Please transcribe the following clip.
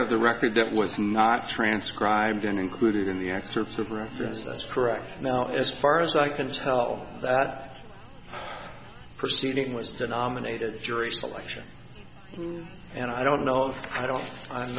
of the record that was not transcribed going to include in the excerpts of reference that's correct now as far as i can tell that proceeding was denominated jury selection and i don't know i don't i'm